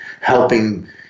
helping